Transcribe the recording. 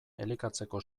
elikatzeko